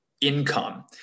income